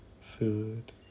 food